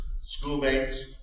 schoolmates